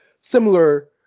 similar